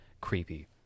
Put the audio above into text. creepy